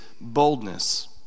boldness